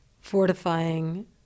fortifying